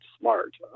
smart